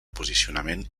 posicionament